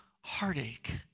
heartache